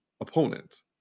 opponent